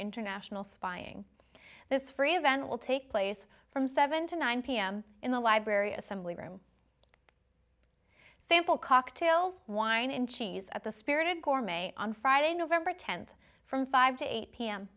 international spying this free event will take place from seven to nine pm in the library assembly room sample cocktails wine and cheese at the spirited gore may on friday november tenth from five to eight p